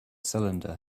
cylinder